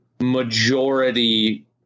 majority